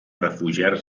refugiar